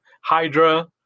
Hydra